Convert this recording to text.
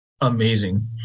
amazing